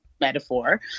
metaphor